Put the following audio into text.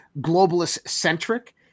globalist-centric